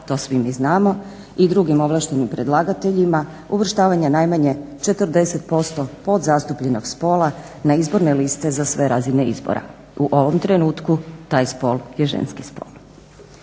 to svi mi znamo, i drugim ovlaštenim predlagateljima uvrštavanja najmanje 40% podzastupljenog spola na izborne liste za sve razine izbora. U ovom trenutku taj spol je ženski spol.